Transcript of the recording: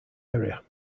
area